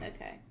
Okay